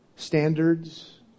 Standards